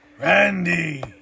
Randy